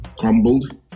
Crumbled